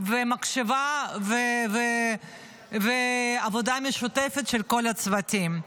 ומחשבה ועבודה משותפת של כל הצוותים.